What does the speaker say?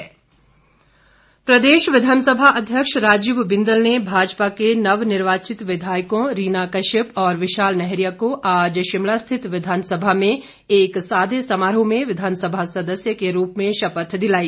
शपथ प्रदेश विधानसभा अध्यक्ष राजीव बिंदल ने भाजपा के नवनिवार्चित विधायकों रीना कश्यप और विशाल नैहरिया को आज शिमला स्थित विधानसभा में एक सादे समारोह में विधानसभा सदस्य के रूप में शपथ दिलाई